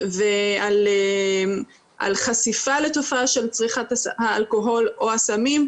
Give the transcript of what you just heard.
ועל חשיפה לתופעה של צריכת האלכוהול או הסמים,